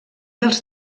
dels